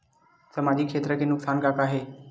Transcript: सामाजिक क्षेत्र के नुकसान का का हे?